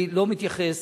אני לא מתייחס,